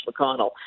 McConnell